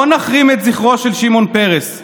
לא נחרים את זכרו של שמעון פרס.